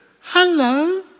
Hello